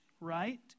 right